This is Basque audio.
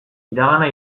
iragana